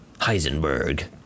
heisenberg